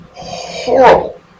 horrible